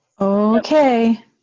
Okay